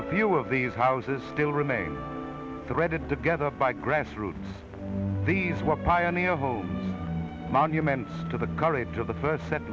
a few of these houses still remain the red it together by grass roots these were pioneer home monuments to the courage of the first set